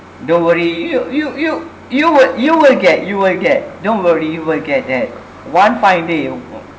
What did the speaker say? don't worry you you you you will you will get you will get don't worry you will get that one fine day